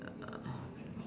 uh